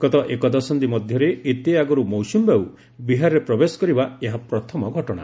ଗତ ଏକଦଶନ୍ଧୀ ମଧ୍ୟରେ ଏତେ ଆଗରୁ ମୌସୁମୀବାୟୁ ବିହାରରେ ପ୍ରବେଶ କରିବା ଏହା ପ୍ରଥମ ଘଟଣା